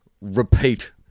repeat